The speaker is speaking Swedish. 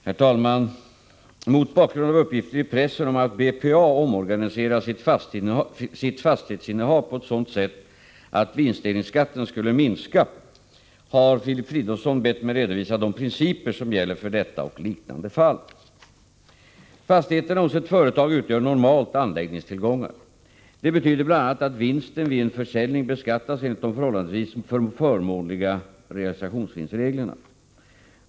Herr talman! Mot bakgrund av uppgifter i pressen om att BPA omorganiserat sitt fastighetsinnehav på ett sådant sätt att vinstdelningsskatten skulle minska har Filip Fridolfsson bett mig redovisa de principer som gäller för detta och liknande fall. Fastigheterna hos ett företag utgör normalt anläggningstillgångar. Det betyder bl.a. att vinsten vid en försäljning beskattas enligt de förhållandevis förmånliga realisationsvinstsreglerna.